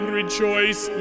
rejoice